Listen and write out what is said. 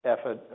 effort